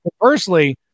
Firstly